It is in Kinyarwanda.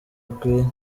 akwiye